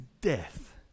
death